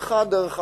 נדחה, דרך אגב,